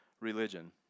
religion